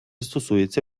стосується